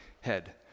head